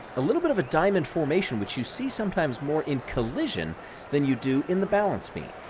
a little bit of a diamond formation, which you see sometimes more in collision than you do in the balance beam.